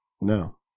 No